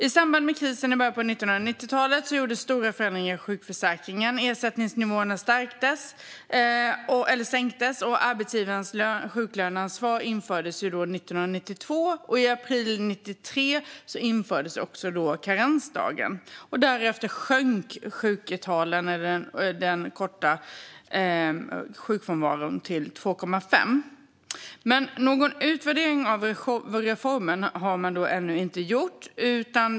I samband med krisen i början av 1990-talet gjordes stora förändringar i sjukförsäkringen. Ersättningsnivåerna sänktes, och arbetsgivarens sjuklöneansvar infördes 1992. I april 1993 infördes också karensdagen. Därefter sjönk sjuktalen för den korta sjukfrånvaron till 2,5 procent. Någon utvärdering har man ännu inte gjort.